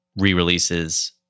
re-releases